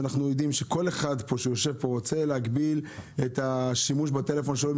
אנחנו יודעים שכל מי שיושב כאן רוצה להגביל את השימוש בטלפון שלו,